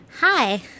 Hi